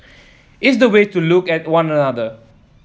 it's the way to look at one another